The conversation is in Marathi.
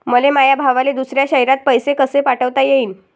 मले माया भावाले दुसऱ्या शयरात पैसे कसे पाठवता येईन?